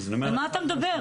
על מה אתה מדבר,